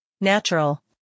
Natural